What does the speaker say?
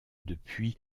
depuis